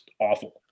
awful